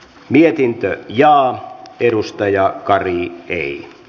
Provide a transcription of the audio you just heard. mietin ja jaa a virusta ja karri ei